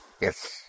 Yes